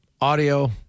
audio